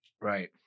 Right